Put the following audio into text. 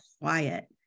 quiet